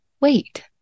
wait